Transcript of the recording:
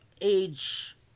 age